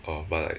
oh but like